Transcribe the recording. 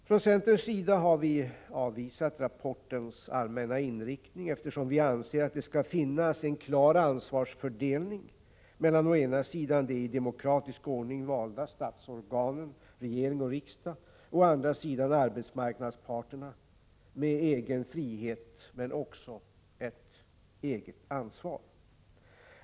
Från centerns sida har vi avvisat rapportens allmänna inriktning, eftersom vi anser att det skall finnas en klar ansvarsfördelning mellan å ena sidan de i demokratisk ordning valda statsorganen regering och riksdag och å andra sidan arbetsmarknadsparterna, med egen frihet men också eget ansvar.